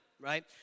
right